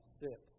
sit